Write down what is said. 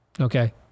okay